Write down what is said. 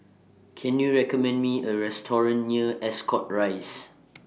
Can YOU recommend Me A Restaurant near Ascot Rise